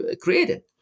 created